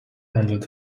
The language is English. handled